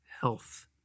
health